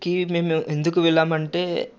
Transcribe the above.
key మేము ఎందుకు వెళ్ళామంటే